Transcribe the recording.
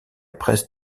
presse